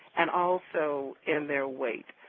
and also in their weight.